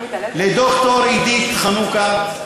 לד"ר עידית חנוכה,